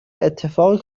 اتفاقی